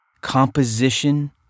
composition